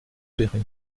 péray